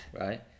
Right